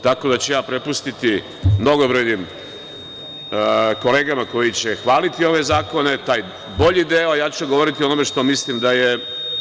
Tako da ću ja prepustiti mnogobrojnim kolegama koji će hvaliti ove zakone, taj bolji deo, a ja ću govoriti o onome što mislim da je…